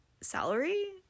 salary